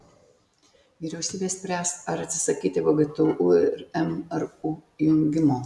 vyriausybė spręs ar atsisakyti vgtu ir mru jungimo